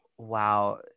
Wow